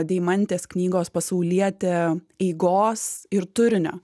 deimantės knygos pasaulietė eigos ir turinio